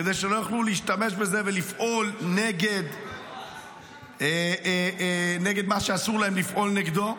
כדי שלא יוכלו להשתמש בזה ולפעול נגד מה שאסור להם לפעול נגדו.